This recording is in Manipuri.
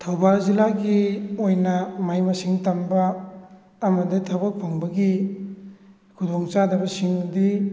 ꯊꯧꯕꯥꯜ ꯖꯤꯂꯥꯒꯤ ꯑꯣꯏꯅ ꯃꯍꯩ ꯃꯁꯤꯡ ꯇꯝꯕ ꯑꯃꯗꯤ ꯊꯕꯛ ꯐꯪꯕꯒꯤ ꯈꯨꯗꯣꯡꯆꯥꯗꯕꯁꯤꯡꯗꯤ